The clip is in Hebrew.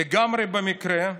לגמרי במקרה,